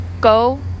go